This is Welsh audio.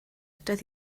doedd